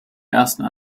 ersten